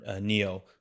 neo